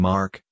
Mark